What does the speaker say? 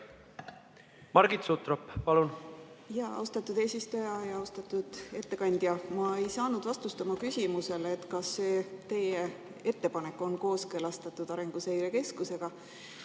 Margit Sutrop, palun! Austatud eesistuja! Austatud ettekandja! Ma ei saanud vastust oma küsimusele, kas see teie ettepanek on kooskõlastatud Arenguseire Keskusega.